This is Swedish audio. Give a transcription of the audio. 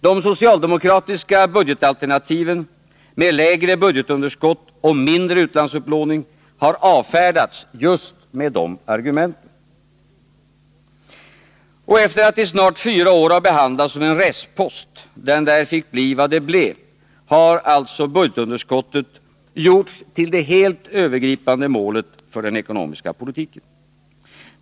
De socialdemokratiska budgetalternativen, med lägre budgetunderskott och mindre utlandsupplåning, har avfärdats just med de argumenten. Efter det att budgetunderskottet i snart fyra år har behandlats som en restpost, den där fick bli vad det blev, har således minskningen av budgetunderskottet gjorts till det helt övergripande målet för den ekonomiska politiken.